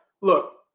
look